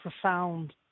profound